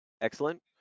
Excellent